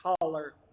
color